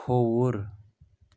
کھووُر